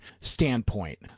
standpoint